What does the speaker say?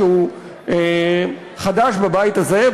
שהוא חדש בבית הזה,